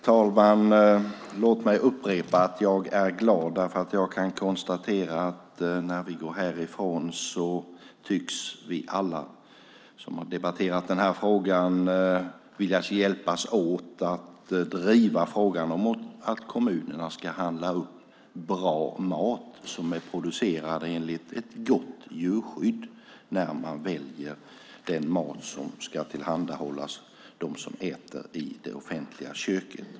Herr talman! Det gläder mig att vi som har debatterat frågan här i dag tycks vilja hjälpas åt att driva frågan att kommunerna ska handla upp bra mat som är producerad med gott djurskydd till dem som äter i det offentliga köket.